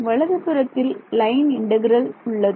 வலதுபுறத்தில் line integral உள்ளது